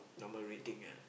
normal rating ah